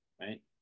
right